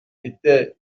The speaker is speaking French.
était